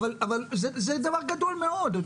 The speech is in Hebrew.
אבל זה דבר גדול מאוד.